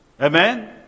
amen